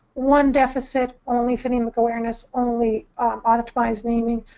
one deficit only phonemic awareness, only automatized naming,